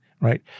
right